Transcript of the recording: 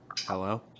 Hello